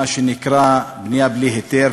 מה שנקרא בנייה בלי היתר,